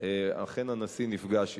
אכן הנשיא נפגש אתו.